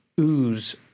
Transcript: ooze